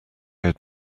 had